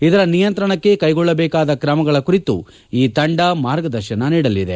ಇದರ ನಿಯಂತ್ರಣಕ್ಕೆ ಕೈಗೊಳ್ಳಬೇಕಾದ ಕ್ರಮಗಳ ಕುರಿತು ಈ ತಂಡ ಮಾರ್ಗದರ್ಶನ ನೀಡಲಿದೆ